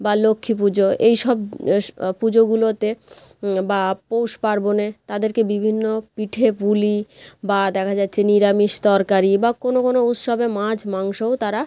বা লক্ষ্মী পুজো এইসব পুজোগুলোতে বা পৌষ পার্বণে তাদেরকে বিভিন্ন পিঠে পুলি বা দেখা যাচ্ছে নিরামিষ তরকারি বা কোনও কোনও উৎসবে মাছ মাংসও তারা